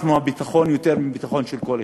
אנחנו הביטחון יותר מביטחון של כל אחד.